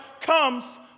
comes